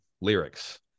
lyrics